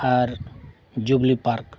R Jubilee park